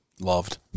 Loved